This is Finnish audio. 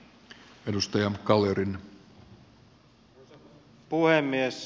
arvoisa puhemies